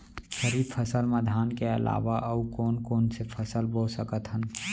खरीफ फसल मा धान के अलावा अऊ कोन कोन से फसल बो सकत हन?